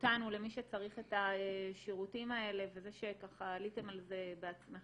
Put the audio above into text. אותנו למי שצריך את השירותים האלה וזה שעליתם על זה בעצמכם